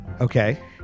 Okay